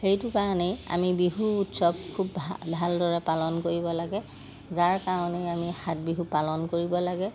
সেইটো কাৰণেই আমি বিহু উৎসৱ খুব ভা ভালদৰে পালন কৰিব লাগে যাৰ কাৰণেই আমি সাত বিহু পালন কৰিব লাগে